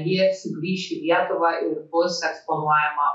ji sugrįš į lietuvą bus eksponuojama